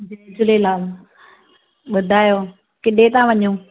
जय झुलेलाल बुधायो किथे था वञो